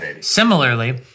Similarly